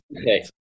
Okay